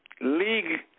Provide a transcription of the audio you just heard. league